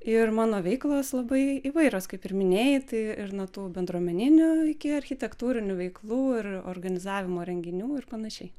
ir mano veiklos labai įvairios kaip ir minėjai tai ir nuo tų bendruomeninių iki architektūrinių veiklų ir organizavimo renginių ir panašiai